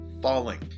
falling